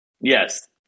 Yes